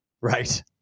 Right